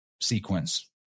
sequence